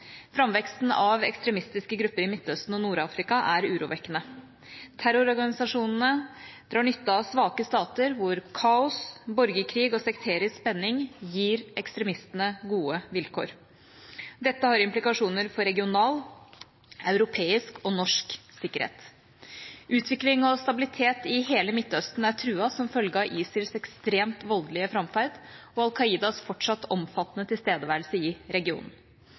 Framveksten av ekstremistiske grupper i Midtøsten og Nord-Afrika er urovekkende. Terrororganisasjonene drar nytte av svake stater hvor kaos, borgerkrig og sekterisk spenning gir ekstremistene gode vilkår. Dette har implikasjoner for regional, europeisk og norsk sikkerhet. Utvikling og stabilitet i hele Midtøsten er truet som følge av ISILs ekstremt voldelige framferd og av Al Qaidas fortsatt omfattende tilstedeværelse i regionen.